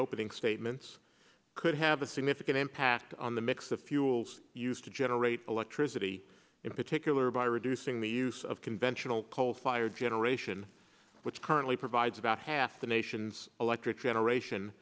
opening statements could have a significant impact the mix of fuels used to generate electricity in particular by reducing the use of conventional coal fired generation which currently provides about half the nation's electric generation